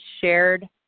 shared